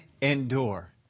endure